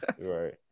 Right